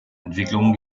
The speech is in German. entwicklungen